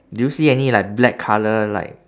do you see any like black colour like